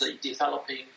developing